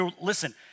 Listen